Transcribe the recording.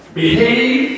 behave